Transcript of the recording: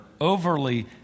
overly